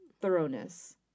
thoroughness